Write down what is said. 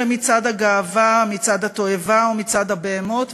למצעד הגאווה "מצעד התועבה" או "מצעד הבהמות",